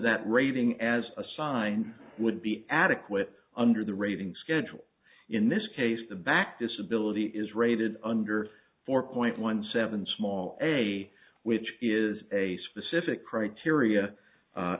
that rating as a sign would be adequate under the rating schedule in this case the back disability is rated under four point one seven small a which is a specific